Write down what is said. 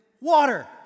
water